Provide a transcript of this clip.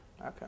Okay